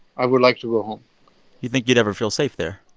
i would like to go home you think you'd ever feel safe there?